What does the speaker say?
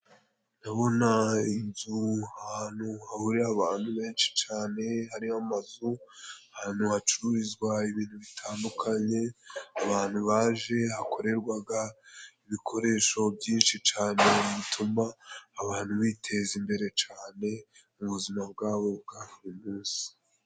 Ndabona inzu ahantu hahurira abantu benshi cane, hari amazu ahantu hacururizwa ibintu bitandukanye, abantu baje hakorerwaga ibikoresho byinshi cane, bituma abantu biteza imbere cane mu buzima bwabo bwa buri munsi.